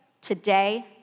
today